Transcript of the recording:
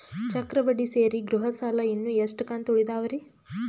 ಚಕ್ರ ಬಡ್ಡಿ ಸೇರಿ ಗೃಹ ಸಾಲ ಇನ್ನು ಎಷ್ಟ ಕಂತ ಉಳಿದಾವರಿ?